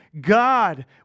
God